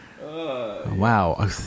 wow